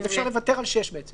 האם אפשר לוותר על (6) בעצם.